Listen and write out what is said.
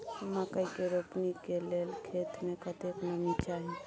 मकई के रोपनी के लेल खेत मे कतेक नमी चाही?